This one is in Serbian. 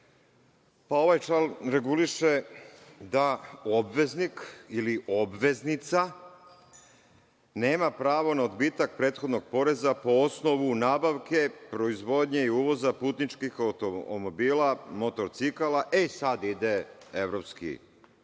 Pa, ovaj član reguliše da obveznik ili obveznica nema pravo na odbitak prethodnog poreza po osnovu nabavke proizvodnje i uvoza putničkih automobila, motorcikala, e sada ide evropsko